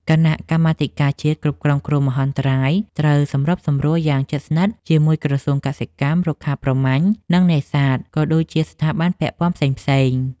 គណៈកម្មាធិការជាតិគ្រប់គ្រងគ្រោះមហន្តរាយត្រូវសម្របសម្រួលយ៉ាងជិតស្និទ្ធជាមួយក្រសួងកសិកម្ម រុក្ខាប្រមាញ់ និងនេសាទ ក៏ដូចជាស្ថាប័នពាក់ព័ន្ធផ្សេងទៀត។